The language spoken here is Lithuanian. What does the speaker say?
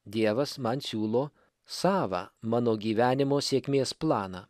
dievas man siūlo savą mano gyvenimo sėkmės planą